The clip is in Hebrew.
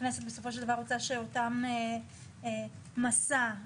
הכנסת בסופו של דבר רוצה לשמוע איך יתכן לגבי תוכניות מסע,